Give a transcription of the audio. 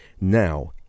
now